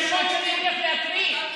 של אזרחי ישראל,